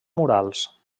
murals